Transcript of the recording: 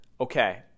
okay